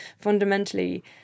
fundamentally